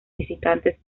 visitantes